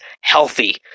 healthy